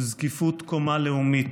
זקיפות קומה לאומית.